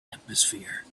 atmosphere